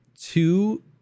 two